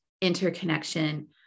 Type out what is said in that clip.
interconnection